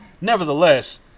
nevertheless